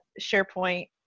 SharePoint